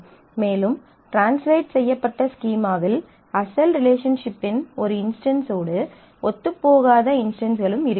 மேலும் ட்ரான்ஸ்லேட் செய்யப்பட்ட ஸ்கீமாவில் அசல் ரிலேஷன்ஷிப்பின் ஒரு இன்ஸ்டன்ஸோடு ஒத்துப்போகாத இன்ஸ்டன்ஸ்களும் இருக்கலாம்